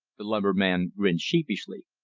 the lumberman grinned sheepishly.